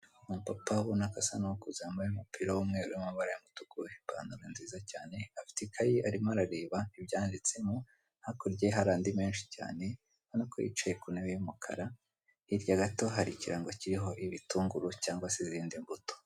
Umupapa ubona ko asa n'ukuze wambaye umupira w'umweru urimo amabara y'umutuku ipantalo nziza cyane afite ikayi arimo arareba ibyanditsemo hakurya ye hari andi menshi cyane ubonako yicaye ku ntebe y'umukara hirya gato hari ikirango kiriho ibitunguru cyangwa se izindi mbuto.